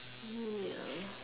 ya